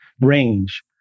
range